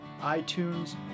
iTunes